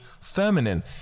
feminine